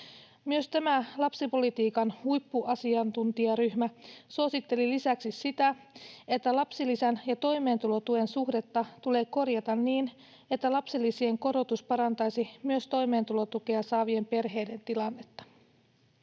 Tämä lapsipolitiikan huippuasiantuntijaryhmä suositteli lisäksi sitä, että lapsilisän ja toimeentulotuen suhdetta tulee korjata niin, että lapsilisien korotus parantaisi myös toimeentulotukea saavien perheiden tilannetta.